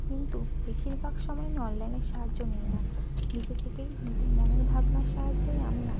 কিন্তু বেশিরভাগ সময় আমি অনলাইনের সাহায্য নিই না নিজে থেকেই নিজের মনের ভাবনার সাহায্যেই আমি আঁকি